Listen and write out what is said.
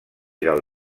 del